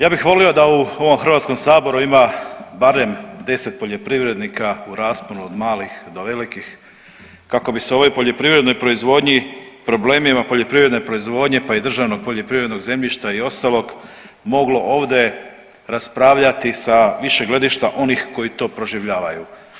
Ja bih volio da u ovom HS ima barem 10 poljoprivrednika u rasponu od malih do velikih kako bi se ovoj poljoprivrednoj proizvodnji, problemima poljoprivredne proizvodnje, pa i državnog poljoprivrednog zemljišta i ostalog moglo ovde raspravljati sa više gledišta onih koji to proživljavaju.